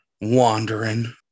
wandering